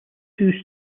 two